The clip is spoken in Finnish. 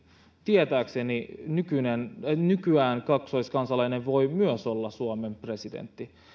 tietääkseni nykyään kaksoiskansalainen voi myös olla suomen presidentti